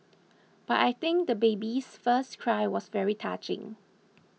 but I think the baby's first cry was very touching